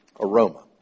aroma